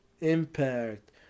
impact